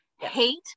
hate